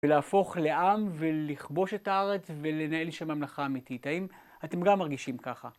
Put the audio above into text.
ולהפוך לעם, ולכבוש את הארץ, ולנהל שם ממלכה אמיתית. האם אתם גם מרגישים ככה?